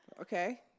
okay